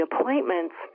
appointments